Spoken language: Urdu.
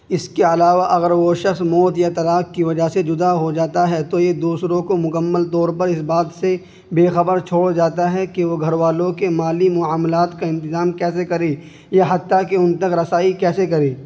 اس کے علاوہ اگر وہ شخص موت یا طلاق کی وجہ سے جدا ہو جاتا ہے تو یہ دوسروں کو مکمل طور پر اس بات سے بےخبر چھوڑ جاتا ہے کہ وہ گھر والوں کے مالی معاملات کا انتظام کیسے کریں یا حتیٰ کہ ان تک رسائی کیسے کریں